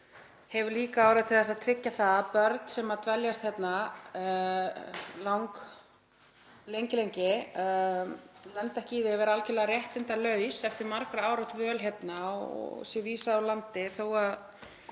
hefur líka orðið til þess að tryggja að börn sem dveljast hérna lengi lendi ekki í því að vera algjörlega réttindalaus eftir margra ára dvöl og sé vísað úr landi þótt